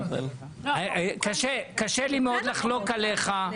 קשה לי מאוד לחלוק עלייך,